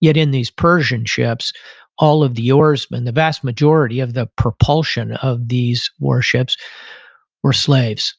yet, in these persian ships all of the oarsmen, the vast majority of the propulsion of these warships were slaves